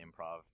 improv